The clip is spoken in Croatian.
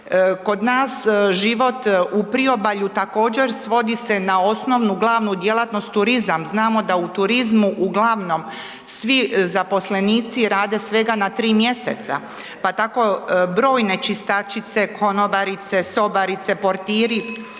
Kod nas život u priobalju također svodi se na osnovnu glavnu djelatnost. Znamo da u turizmu uglavnom svi zaposlenici rade svega na 3 mj. pa tako brojne čistačice, konobarice, portiri,